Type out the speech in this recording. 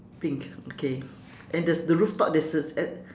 pink okay and the the rooftop there's a at